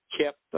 kept